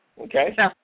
Okay